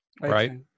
right